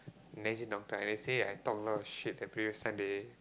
imagine doctor i already say I talk a lot of shit the previous time they